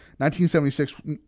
1976